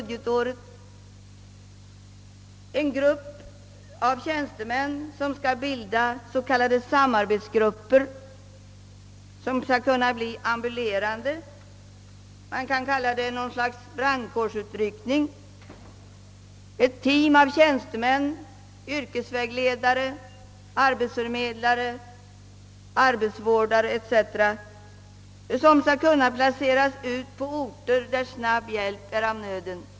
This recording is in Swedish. Dessa tjänstemän skall bilda s.k. samarbetsgrupper som skall kunna bli ambulerande, man kan kalla det för ett slags brandkårsutryckning, det blir ett team av tjänstemän, yrkesvägledare, arbetsförmedlare, arbetsvårdare etc. som skall kunna placeras ut på orter, där snabb hjälp är av nöden.